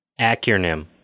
acronym